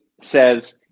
says